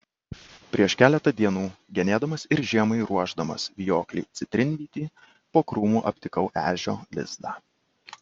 prieš keletą dienų genėdamas ir žiemai ruošdamas vijoklį citrinvytį po krūmu aptikau ežio lizdą